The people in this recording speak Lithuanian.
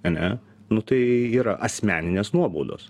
ane nu tai yra asmeninės nuobaudos